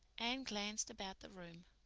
anne glanced about the room.